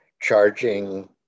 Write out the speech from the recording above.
charging